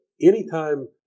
anytime